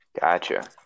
gotcha